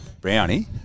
Brownie